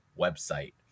website